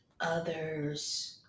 others